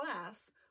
class